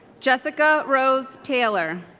jessica rose taylor